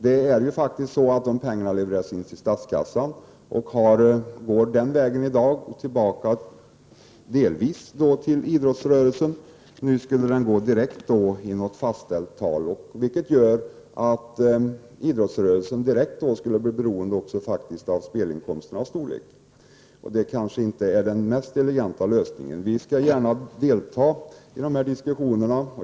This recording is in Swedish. Det är ju faktiskt så att de pengarna levereras in till statskassan och att de den vägen i dag går tillbaka, delvis, till idrottsrörelsen. Nu skulle de gå direkt i något fastställt tal, vilket skulle göra att idrottsrörelsen skulle bli direkt beroende av spelinkomsternas storlek. Det är kanske inte den mest eleganta lösningen. 109 Vi skall gärna delta i dessa diskussioner.